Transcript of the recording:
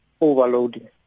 overloading